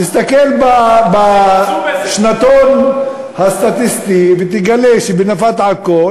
תסתכל בשנתון הסטטיסטי ותגלה שבנפת עכו,